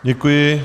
Děkuji.